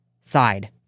side